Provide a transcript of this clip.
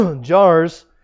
JARS